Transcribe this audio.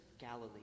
Galilee